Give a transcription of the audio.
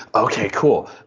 okay, cool.